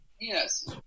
Yes